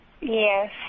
Yes